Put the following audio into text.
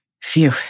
Phew